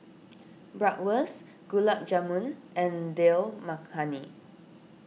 Bratwurst Gulab Jamun and Dal Makhani